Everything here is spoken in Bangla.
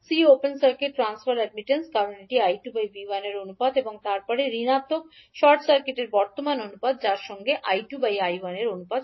C open circuit transfer admittance কারণ এটি 𝐈2V1 অনুপাত এবং তারপরে ণাত্মক শর্ট সার্কিটের বর্তমান অনুপাত যা এর মধ্যে সম্পর্ক I2I1 এর মধ্যে অনুপাত